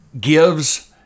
Gives